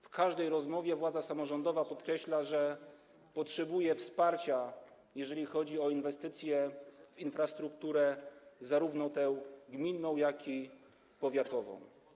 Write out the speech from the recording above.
W każdej rozmowie władza samorządowa podkreśla, że potrzebuje wsparcia, jeżeli chodzi o inwestycje w infrastrukturę, zarówno tę gminną, jak i tę powiatową.